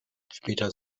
später